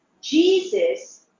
Jesus